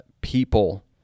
people